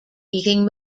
eating